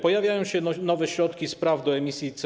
Pojawiają się nowe środki z praw do emisji CO2.